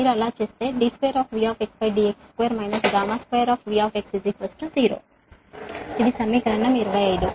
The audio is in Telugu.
మీరు అలా చేస్తే d2Vdx2 2V 0 ఇది సమీకరణం 25